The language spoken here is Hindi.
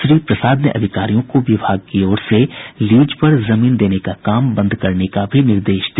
श्री प्रसाद ने अधिकारियों को विभाग की ओर से लीज पर जमीन देने का काम बंद करने का भी निर्देश दिया